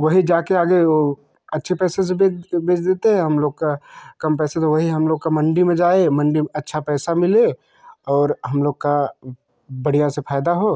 वही जाकर आगे वह अच्छे पैसे से बेच बेच देते हैं हम लोग का कम पैसे वही हम लोग का मंडी में जाएँ मंडी में अच्छा पैसा मिले और हम लोग का बढ़िया से फायदा हो